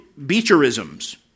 Beecherisms